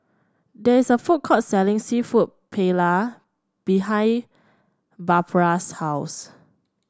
there is a food court selling seafood Paella behind Barbra's house